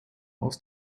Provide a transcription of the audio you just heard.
aus